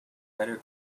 better